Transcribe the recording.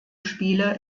spiele